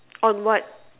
on what